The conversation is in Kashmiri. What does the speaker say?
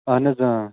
اہن حظ